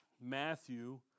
Matthew